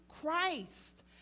Christ